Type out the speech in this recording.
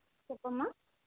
చెప్పమ్మా